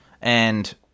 And-